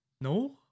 No